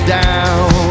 down